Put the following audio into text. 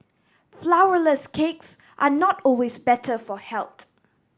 flourless cakes are not always better for health